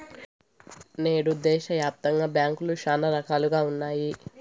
నేడు దేశాయాప్తంగా బ్యాంకులు శానా రకాలుగా ఉన్నాయి